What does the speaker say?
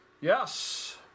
Yes